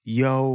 yo